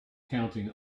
counting